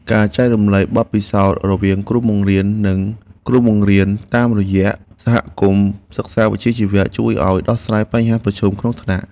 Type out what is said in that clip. ការចែករំលែកបទពិសោធន៍រវាងគ្រូបង្រៀននិងគ្រូបង្រៀនតាមរយៈសហគមន៍សិក្សាវិជ្ជាជីវៈជួយដោះស្រាយបញ្ហាប្រឈមក្នុងថ្នាក់។